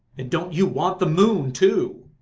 and don't you want the moon too?